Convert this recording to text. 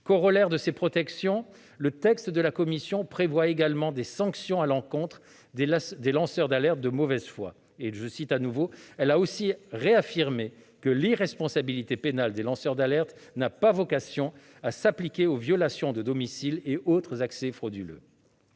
Corollaire de ces protections, le texte de la commission prévoit également des sanctions à l'encontre des lanceurs d'alerte de mauvaise foi. Ainsi, elle a réaffirmé que l'irresponsabilité pénale des lanceurs d'alerte n'a pas vocation à s'appliquer aux violations de domicile et autres accès frauduleux.